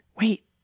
wait